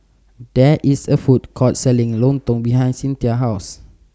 There IS A Food Court Selling Lontong behind Cyntha's House